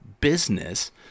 business